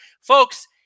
folks